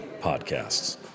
podcasts